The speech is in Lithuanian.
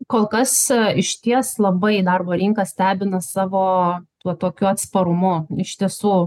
kol kas išties labai darbo rinka stebina savo tuo tokiu atsparumu iš tiesų